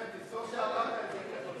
אני אענה בשם שרת המשפטים.